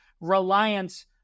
reliance